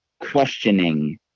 questioning